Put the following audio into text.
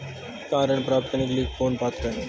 Car ऋण प्राप्त करने के लिए कौन पात्र है?